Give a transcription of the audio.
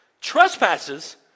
Trespasses